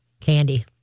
candy